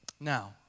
Now